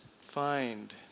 find